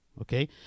okay